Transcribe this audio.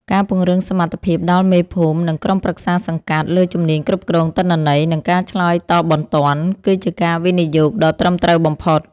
ការពង្រឹងសមត្ថភាពដល់មេភូមិ និងក្រុមប្រឹក្សាសង្កាត់ លើជំនាញគ្រប់គ្រងទិន្នន័យ និងការឆ្លើយតបបន្ទាន់ គឺជាការវិនិយោគដ៏ត្រឹមត្រូវបំផុត។